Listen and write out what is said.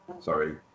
sorry